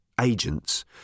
agents